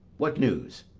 what news?